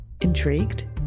Intrigued